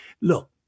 look